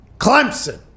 Clemson